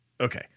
okay